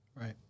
Right